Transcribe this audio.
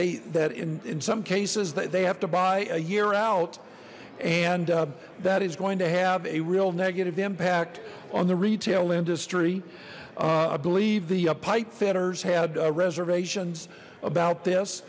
they that in in some cases that they have to buy a year out and that is going to have a real negative impact on the retail industry i believe the pipe fitters had reservations about this